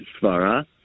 s'vara